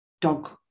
dog